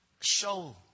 show